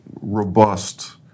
robust